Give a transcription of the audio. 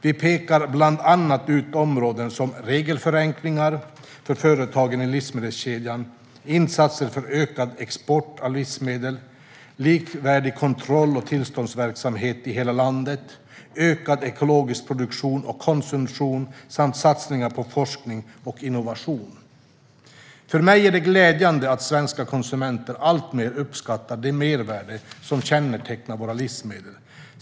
Vi pekar bland annat ut områden som regelförenklingar för företagen i livsmedelskedjan, insatser för ökad export av livsmedel, likvärdig kontroll och tillståndsverksamhet i hela landet, ökad ekologisk produktion och konsumtion samt satsningar på forskning och innovation. För mig är det glädjande att svenska konsumenter alltmer uppskattar de mervärden som kännetecknar våra livsmedel.